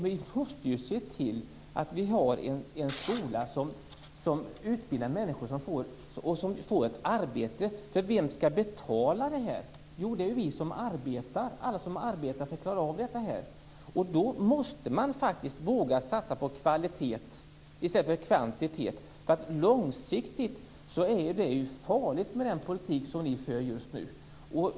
Vi måste ju se till att vi har en skola som utbildar människor som får ett arbete. Vem skall betala det här? Jo, det är ju alla vi som arbetar för att klara av det här. Då måste man faktiskt våga satsa på kvalitet i stället för kvantitet. Långsiktigt är det ju farligt med den politik som ni för just nu.